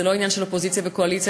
זה לא עניין של אופוזיציה וקואליציה.